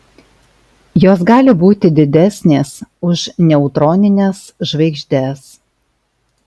jos gali būti didesnės už neutronines žvaigždes